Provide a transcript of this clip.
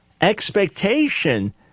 expectation